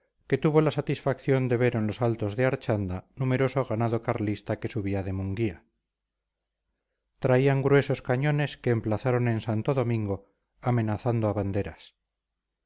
que tuvo la satisfacción de ver en los altos de archanda numeroso ganado carlista que subía de munguía traían gruesos cañones que emplazaron en santo domingo amenazando a banderas